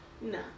No